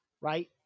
right